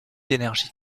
d’énergie